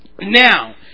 Now